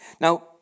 Now